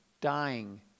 dying